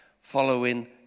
following